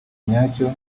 nyacyo